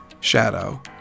shadow